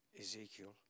Ezekiel